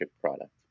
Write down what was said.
product